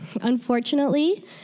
Unfortunately